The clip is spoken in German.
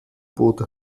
boot